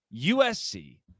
USC